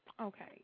Okay